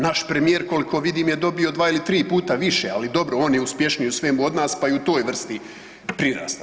Naš premijer koliko vidim je dobio 2 ili 3 puta više, ali dobro on je uspješniji u svemu od nas, pa i u toj vrsti prirasta.